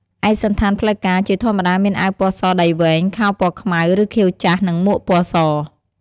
ឯកសណ្ឋានផ្លូវការ ជាធម្មតាមានអាវពណ៌សដៃវែង ខោពណ៌ខ្មៅ ឬខៀវចាស់ និងមួកពណ៌ស។